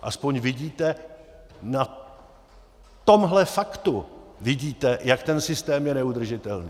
Aspoň vidíte, na tomhle faktu vidíte, jak ten systém je neudržitelný.